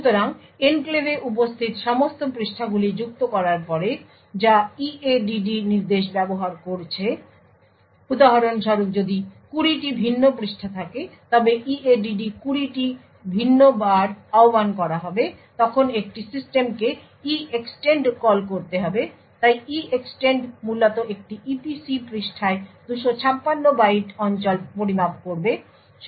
সুতরাং এনক্লেভে উপস্থিত সমস্ত পৃষ্ঠাগুলি যুক্ত করার পরে যা EADD নির্দেশ ব্যবহার করছে উদাহরণস্বরূপ যদি 20টি ভিন্ন পৃষ্ঠা থাকে তবে EADD 20টি ভিন্ন বার আহ্বান করা হবে তখন একটি সিস্টেমকে EEXTEND কল করতে হবে তাই EEXTEND মূলত একটি EPC পৃষ্ঠায় 256 বাইট অঞ্চল পরিমাপ করবে